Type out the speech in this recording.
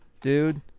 dude